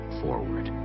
forward